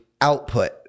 output